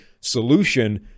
solution